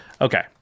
Okay